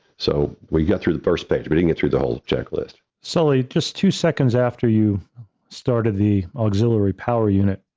so, we got through the first page, we didn't get through the whole three-page checklist. sully, just two seconds after you started the auxiliary power unit,